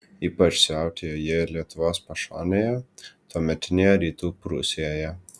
ypač siautėjo jie lietuvos pašonėje tuometinėje rytų prūsijoje